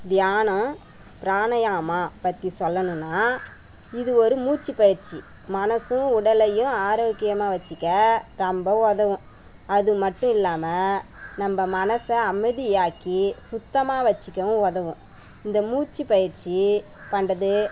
தியானம் பிராணயாமா பற்றி சொல்லணுன்னா இது ஒரு மூச்சுப் பயிற்சி மனசும் உடலையும் ஆரோக்கியமாக வச்சுக்க ரொம்ப உதவும் அது மட்டும் இல்லாமல் நம்ப மனசை அமைதியாக்கி சுத்தமாக வச்சுக்கவும் உதவும் இந்த மூச்சுப் பயிற்சி பண்ணுறது